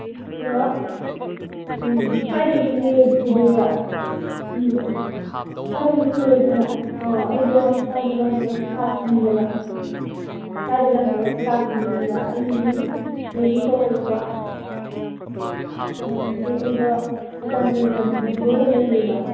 hello ꯎꯝ ꯁ꯭ꯋꯥꯏꯗꯒꯤ ꯃꯤ ꯑꯣꯏꯗꯣꯏꯔꯣ ꯎꯝ ꯁ꯭ꯋꯥꯏꯗꯒꯤ ꯃꯤ ꯑꯣꯏꯗꯣꯏꯔꯥ ꯑꯩꯗꯣ ꯁ꯭ꯋꯥꯏꯗ ꯂꯝ ꯀꯣꯏꯔꯛꯄ ꯂꯥꯛꯄ ꯃꯤꯅꯦꯕ ꯁ꯭ꯋꯥꯏꯗ ꯂꯝ ꯀꯣꯏꯔꯛꯄ ꯂꯥꯛꯄ ꯃꯤꯅꯦꯕ ꯑꯩꯒꯤ ꯃꯤꯡ ꯃꯦꯔꯤ ꯀꯧꯋꯦꯕꯀꯣ ꯀꯩꯅꯣꯗꯒꯤ ꯑꯩꯗꯣ ꯃꯇꯝ ꯀꯨꯏꯅ ꯕꯦꯡꯒ꯭ꯂꯣꯔꯗ ꯂꯩꯔꯨꯏꯕ